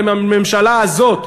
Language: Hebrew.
ולממשלה הזאת,